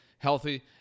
healthy